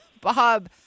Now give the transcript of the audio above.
bob